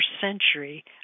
century